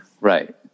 Right